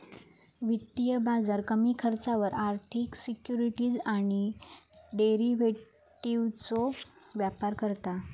वित्तीय बाजार कमी खर्चावर आर्थिक सिक्युरिटीज आणि डेरिव्हेटिवजचो व्यापार करता